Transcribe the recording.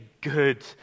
good